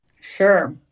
Sure